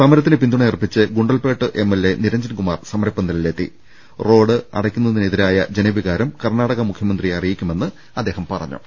സമരത്തിന് പിന്തുണ യർപ്പിച്ച് Gundlupet M L A Niranjan Kumar സമരപ്പന്തലിൽ എത്തി റോഡ് അടയ്ക്കുന്നതിനെതിരെ ജനവികാരം കർണാടക മുഖ്യമ ന്ത്രിയെ അറിയിക്കുമെന്ന് അദ്ദേഹം പറഞ്ഞു